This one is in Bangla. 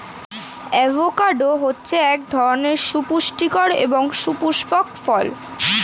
অ্যাভোকাডো হচ্ছে এক ধরনের সুপুস্টিকর এবং সুপুস্পক ফল